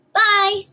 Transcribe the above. bye